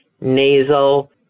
nasal